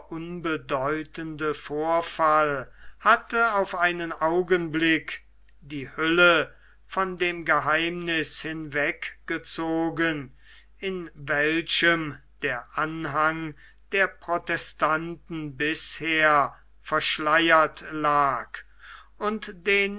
unbedeutende vorfall hatte auf einen augenblick die hülle von dem geheimniß hinweggezogen in welchem der anhang der protestanten bisher verschleiert lag und den